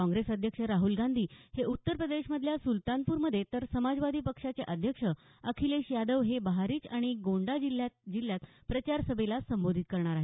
काँग्रेस अध्यक्ष राहूल गांधी हे उत्तर प्रदेशमधल्या सुल्तानपूरमधे तर समाजवादी पक्षाचे अध्यक्ष अखिलेश यादव हे बहारिच आणि गोंडा जिल्ह्यात प्रचारसभेला संबोधित करणार आहेत